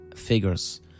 figures